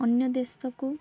ଅନ୍ୟ ଦେଶକୁ